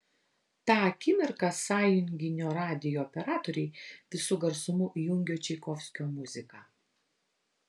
tą akimirką sąjunginio radijo operatoriai visu garsumu įjungė čaikovskio muziką